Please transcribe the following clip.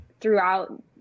throughout